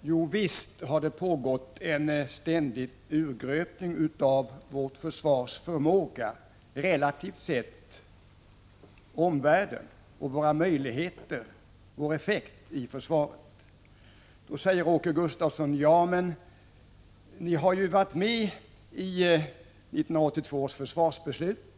Jo, visst har det pågått en ständig urgröpning av vårt försvars förmåga relativt omvärlden och av vårt försvars effekt. Då säger Åke Gustavsson: Men ni har ju varit med om 1982 års försvarsbeslut.